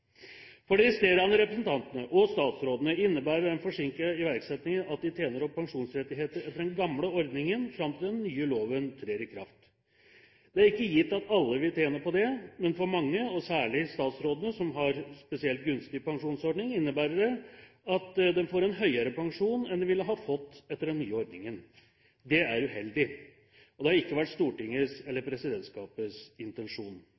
For de resterende representantene og statsrådene innebærer den forsinkede iverksettingen at de tjener opp pensjonsrettigheter etter den gamle ordningen fram til den nye loven trer i kraft. Det er ikke gitt at alle vil tjene på det, men for mange – og særlig for statsrådene, som har en spesielt gunstig pensjonsordning – innebærer det at de får en høyere pensjon enn de ville ha fått etter den nye ordningen. Det er uheldig, og det har ikke vært Stortingets eller presidentskapets intensjon.